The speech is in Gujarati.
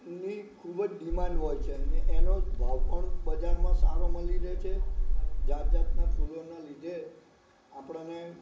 તેની ખૂબ જ ડિમાન્ડ હોય છે અને એનો ભાવ પણ બજારમાં સારો મળી રહે છે જાત જાતના ફૂલોના લીધે આપણને